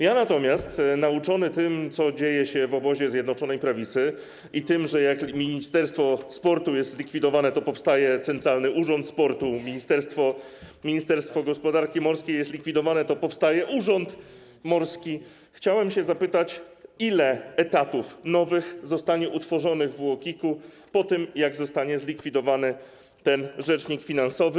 Ja natomiast nauczony tym, co dzieje się w obozie Zjednoczonej Prawicy, i tym, że jak Ministerstwo Sportu jest likwidowane, to powstaje centralny urząd sportu, a gdy ministerstwo gospodarki morskiej jest likwidowane, to powstaje urząd morski, chciałbym zapytać: Ile nowych etatów zostanie utworzonych w UOKiK-u po tym, jak zostanie zlikwidowany rzecznik finansowy?